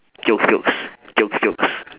joke jokes jokes jokes